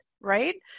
right